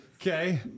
Okay